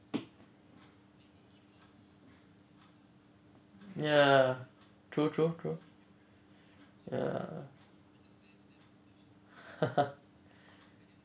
ya true true true ya